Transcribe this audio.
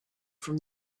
from